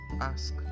ask